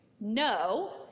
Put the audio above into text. No